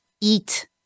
eat